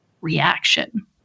reaction